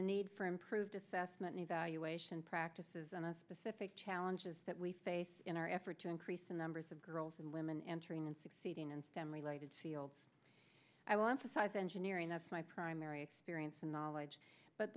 the need for improved assessment evaluation practices and the specific challenges that we face in our effort to increase the numbers of girls and women entering and succeeding in stem related fields i want to size engineering of my primary experience and knowledge but